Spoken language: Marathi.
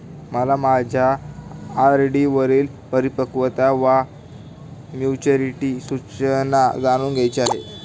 मला माझ्या आर.डी वरील परिपक्वता वा मॅच्युरिटी सूचना जाणून घ्यायची आहे